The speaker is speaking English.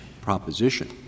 proposition